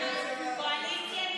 ההסתייגות (9) של קבוצת סיעת ישראל